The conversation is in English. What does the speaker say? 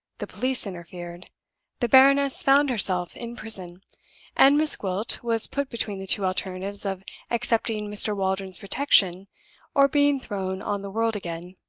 the police interfered the baroness found herself in prison and miss gwilt was put between the two alternatives of accepting mr. waldron's protection or being thrown on the world again.